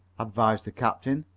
advised the captain.